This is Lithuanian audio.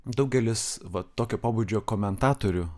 daugelis va tokio pobūdžio komentatorių